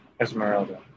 Esmeralda